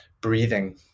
breathing